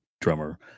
drummer